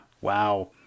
Wow